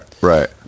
right